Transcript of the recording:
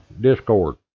Discord